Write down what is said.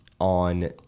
on –